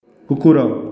କୁକୁର